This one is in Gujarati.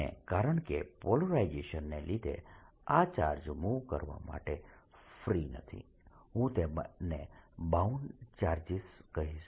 અને કારણકે પોલરાઇઝેશનને લીધે આ ચાર્જ મૂવ કરવા માટે ફ્રી નથી હું તેને બાઉન્ડ ચાર્જીસ કહીશ